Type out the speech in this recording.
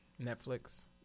Netflix